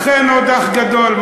אכן, עוד אח גדול.